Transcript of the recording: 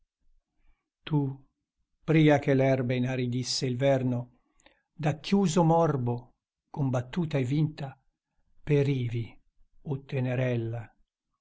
tu pria che l'erbe inaridisse il verno da chiuso morbo combattuta e vinta perivi o tenerella